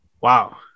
wow